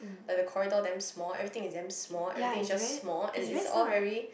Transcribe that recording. like the corridor damn small everything is damn small everything is just small and it's all very